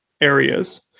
areas